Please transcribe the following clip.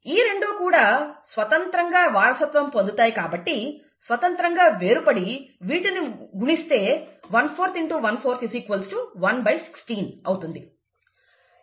ఈ రెండూ కూడా స్వతంత్రంగా వారసత్వం పొందాయి కాబట్టి స్వతంత్రంగా వేరుపడి వీటిని గుణిస్తే ¼ x ¼ 116 అవుతుంది